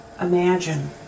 imagine